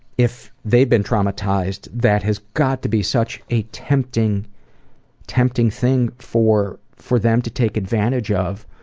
if they'd been traumatized, that has got to be such a tempting tempting thing for for them to take advantage of,